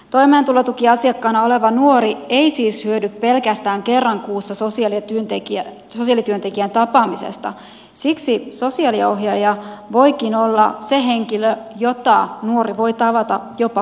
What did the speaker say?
toimeentulotukiasiakkaana oleva nuori ei siis hyödy pelkästään kerran kuussa sosiaalityöntekijän tapaamisesta siksi sosiaaliohjaaja voikin olla se henkilö jota nuori voi tavata jopa viikoittain